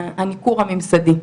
הניכור הממסדי,